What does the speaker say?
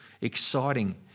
exciting